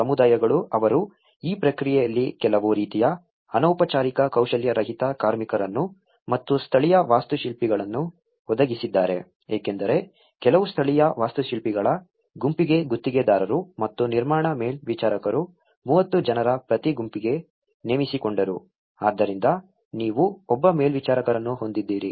ಸಮುದಾಯಗಳು ಅವರು ಈ ಪ್ರಕ್ರಿಯೆಯಲ್ಲಿ ಕೆಲವು ರೀತಿಯ ಅನೌಪಚಾರಿಕ ಕೌಶಲ್ಯರಹಿತ ಕಾರ್ಮಿಕರನ್ನು ಮತ್ತು ಸ್ಥಳೀಯ ವಾಸ್ತುಶಿಲ್ಪಿಗಳನ್ನು ಒದಗಿಸಿದ್ದಾರೆ ಏಕೆಂದರೆ ಕೆಲವು ಸ್ಥಳೀಯ ವಾಸ್ತುಶಿಲ್ಪಿಗಳ ಗುಂಪಿಗೆ ಗುತ್ತಿಗೆದಾರರು ಮತ್ತು ನಿರ್ಮಾಣ ಮೇಲ್ವಿಚಾರಕರು 30 ಜನರ ಪ್ರತಿ ಗುಂಪಿಗೆ ನೇಮಿಸಿಕೊಂಡರು ಆದ್ದರಿಂದ ನೀವು ಒಬ್ಬ ಮೇಲ್ವಿಚಾರಕರನ್ನು ಹೊಂದಿದ್ದೀರಿ